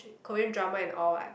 Korean drama and all what